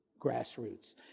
grassroots